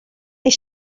they